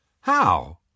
How